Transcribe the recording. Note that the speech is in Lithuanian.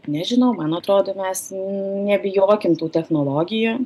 nežinau man atrodo mes nebijokim tų technologijų